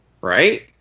Right